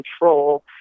control